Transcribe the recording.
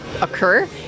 occur